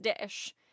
dish